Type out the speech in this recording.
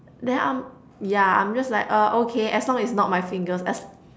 then I'm yeah I'm just like uh okay as long as it's not my fingers